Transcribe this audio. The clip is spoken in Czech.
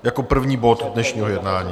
... jako první bod dnešního jednání.